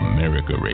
America